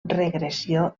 regressió